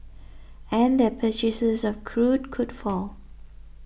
and their purchases of crude could fall